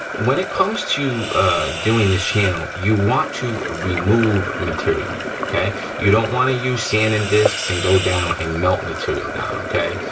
when it comes to doing this channel, you want to remove material, okay? you don't wanna use sanding discs and go down and melt material down, okay?